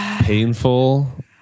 painful